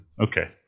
Okay